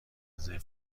رزرو